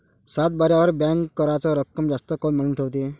सातबाऱ्यावर बँक कराच रक्कम जास्त काऊन मांडून ठेवते?